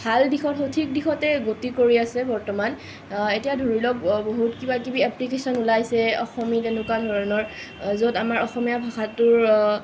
ভাল দিশত সঠিক দিশতে গতি কৰি আছে বৰ্তমান এতিয়া ধৰিলওক বহুত কিবা কিবি এপ্লিকেচন ওলাইছে অসমী তেনেকুৱা ধৰণৰ য'ত আমাৰ অসমীয়া ভাষাটোৰ